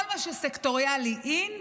כל מה שסקטוריאלי, in,